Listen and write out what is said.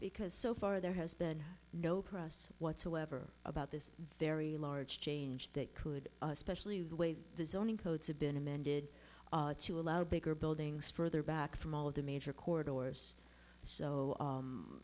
because so far there has been no press whatsoever about this very large change that could especially with the way the zoning codes have been amended to allow bigger buildings further back from all of the major chord doors so